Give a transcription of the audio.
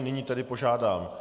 Nyní tedy požádám...